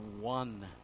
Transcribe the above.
one